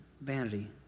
vanity